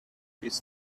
his